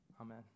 Amen